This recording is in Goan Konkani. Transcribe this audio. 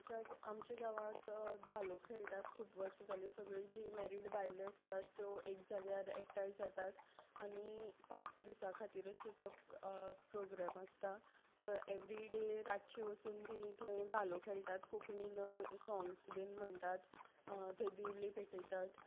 आमच्या आमचे गांवांत धालो खेळटात खूब वर्सां जालीं सगळीं जीं मॅरीड बायलो आसतात त्यो एक जाग्यार एकठांय जातात आनी पांच दिसां खातीर अशें तो प्रोग्रेम आसता सो एवरी डे रातची वचून तीं थंय धालो खेळटात कोंकणीन सोंग्स बीन म्हणटात थंय दिवली पेटयतात